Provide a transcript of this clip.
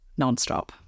nonstop